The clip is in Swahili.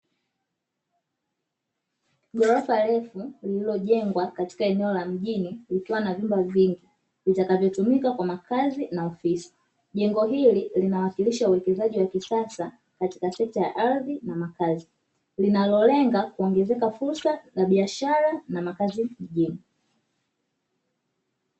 Ghorofa refu lililojengwa katika eneo la mjini, likiwa na vyumba vingi vitakavyotumika kwa makazi na ofisi. Jengo hili linawakilisha uwekezaji wa kisasa katika sekta ya ardhi na makazi, linalolenga kuongezeka fursa za biashara na makazi mijini.